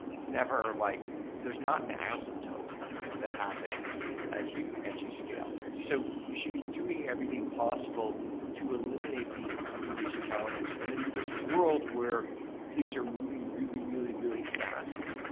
it's never like there's not an asymptote that happens as you as you scale. so you should be doing everything possible to eliminate these communication challenges, and then this world where things are moving really, really, really fast,